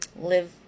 live